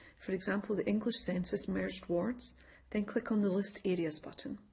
for example the english census, merged wards then click on the list areas button.